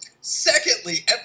Secondly